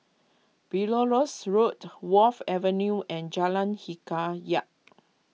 Belilios Road Wharf Avenue and Jalan Hikayat